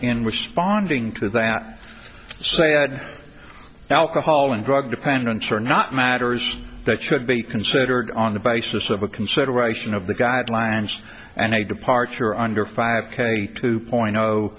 in responding to that said alcohol and drug dependence are not matters that should be considered on the basis of a consideration of the guidelines and a departure under five k two point